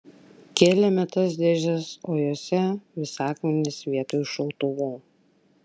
kėlėme tas dėžes o jose vis akmenys vietoj šautuvų